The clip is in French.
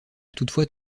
toutefois